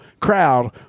crowd